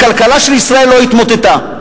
הכלכלה של ישראל לא התמוטטה.